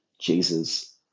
Jesus